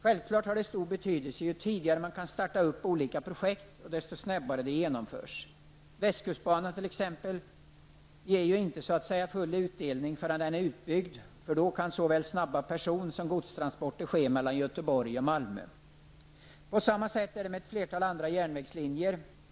Ju tidigare man kan starta olika projekt och ju snabbare de genomförs, desto större betydelse har det självfallet. Västkustbanan t.ex. ger ju så att säga inte full utdelning förrän den är utbyggd -- då kan snabba såväl person som godstransporter ske mellan Göteborg och Malmö. På samma sätt är det med ett flertal andra järnvägslinjer.